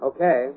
Okay